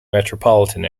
metropolitan